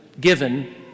given